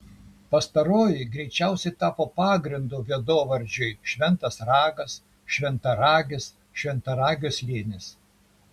pastaroji greičiausiai tapo pagrindu vietovardžiui šventas ragas šventaragis šventaragio slėnis